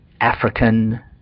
African